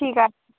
ঠিক আছে